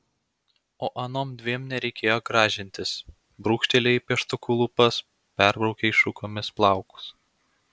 o anom dviem nereikėjo gražintis brūkštelėjai pieštuku lūpas perbraukei šukomis plaukus